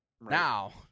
now